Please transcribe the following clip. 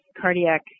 cardiac